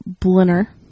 Blinner